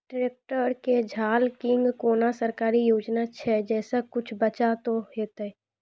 Tractor के झाल किंग कोनो सरकारी योजना छ जैसा कुछ बचा तो है ते?